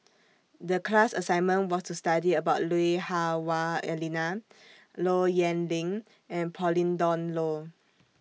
The class assignment was to study about Lui Hah Wah Elena Low Yen Ling and Pauline Dawn Loh